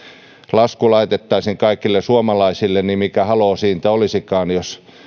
lasku laitettaisiin kaikille suomalaisille niin mikä haloo siitä olisikaan jos